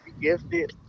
Gifted